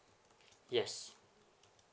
yes